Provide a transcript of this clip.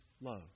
love